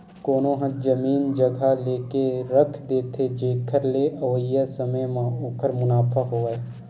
कोनो ह जमीन जघा लेके रख देथे, जेखर ले अवइया समे म ओखर मुनाफा होवय